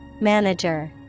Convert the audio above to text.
Manager